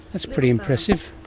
that's pretty impressive.